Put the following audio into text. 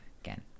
again